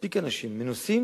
מספיק אנשים מנוסים